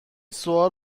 سوال